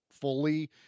fully